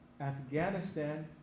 Afghanistan